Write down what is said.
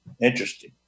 Interesting